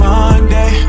Monday